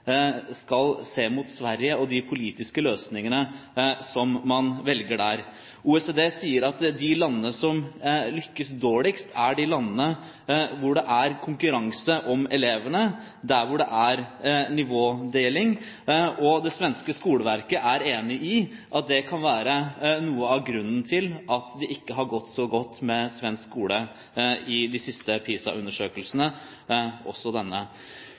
skal se mot Sverige og de politiske løsningene som man velger der. OECD sier at de landene som lykkes dårligst, er de landene hvor det er konkurranse om elevene, der hvor det er nivådeling. Det svenske skoleverket er enig i at det kan være noe av grunnen til at det ikke har gått så godt med svensk skole i de siste PISA-undersøkelsene, heller ikke i denne.